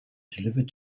delivered